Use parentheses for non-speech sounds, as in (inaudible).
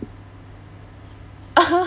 (laughs)